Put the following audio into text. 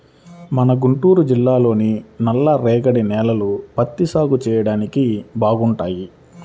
మన గుంటూరు జిల్లాలోని నల్లరేగడి నేలలు పత్తి సాగు చెయ్యడానికి బాగుంటాయి